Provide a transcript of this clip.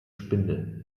spinde